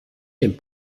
den